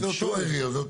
זה אותו אזור.